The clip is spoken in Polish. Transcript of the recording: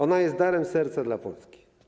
Ona jest darem serca dla Polski.